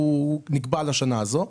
נקבע לשנה הזאת.